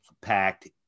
packed